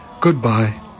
goodbye